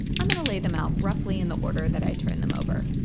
i'm going to lay them out roughly in the order that i turn them over.